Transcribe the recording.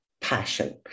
passion